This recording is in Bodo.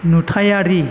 नुथाइयारि